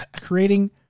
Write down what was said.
creating-